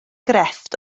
grefft